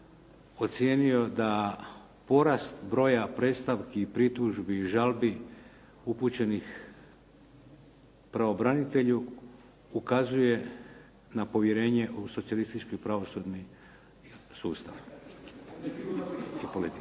ocijenio da porast broja predstavki, pritužbi i žalbi upućenih pravobranitelju ukazuje na povjerenje u socijalistički pravosudni sustav i politički.